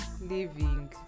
living